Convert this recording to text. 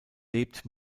lebt